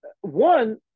one